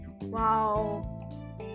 Wow